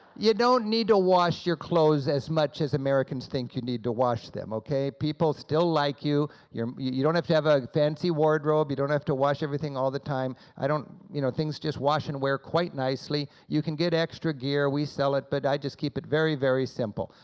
you don't need to wash your clothes as much as americans think you need to wash them, okay, people still like you, you you don't have to have a fancy wardrobe, you don't have to wash everything all the time, i don't, you know, things just wash and wear quite nicely. you can get extra gear, we sell it, but i just keep it very very simple.